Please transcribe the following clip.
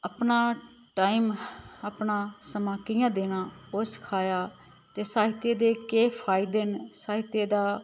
अपना टाइम अपना समां कि'यां देना ओह् सखाया ते साहित्य दे केह् फायदे न साहित्य दा